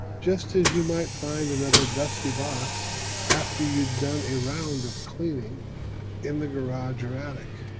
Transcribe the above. just as you might find another dusty box after you'd done a round of cleaning in the garage or attic.